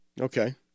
Okay